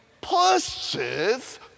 pushes